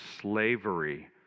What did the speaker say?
slavery